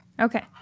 Okay